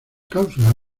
causas